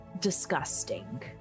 disgusting